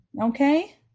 okay